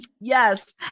yes